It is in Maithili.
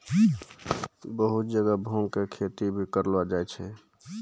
बहुत जगह भांग के खेती भी करलो जाय छै